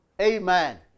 Amen